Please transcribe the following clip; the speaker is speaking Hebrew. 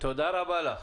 תודה רבה לך.